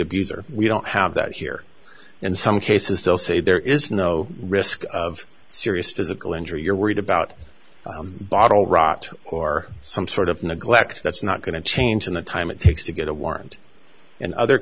abuser we don't have that here in some cases they'll say there is no risk of serious physical injury you're worried about bottle rot or some sort of neglect that's not going to change in the time it takes to get a warrant and other